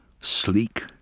sleek